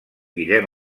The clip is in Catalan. guillem